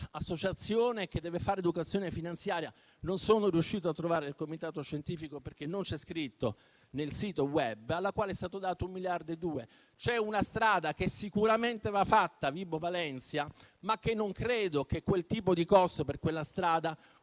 che deve fare educazione finanziaria. Non sono riuscito a trovare il nome del comitato scientifico, perché non è scritto nel sito *web*, al quale è stato dato 1,2 miliardi. C'è una strada che sicuramente va fatta, a Vibo Valentia, ma non credo che quel tipo di costo, per quella strada,